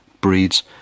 breeds